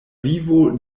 vivo